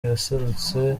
yaserutse